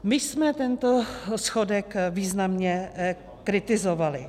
My jsme tento schodek významně kritizovali.